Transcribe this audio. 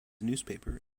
newspaper